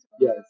yes